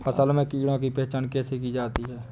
फसल में कीड़ों की पहचान कैसे की जाती है?